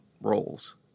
roles